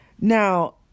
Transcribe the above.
Now